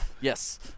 Yes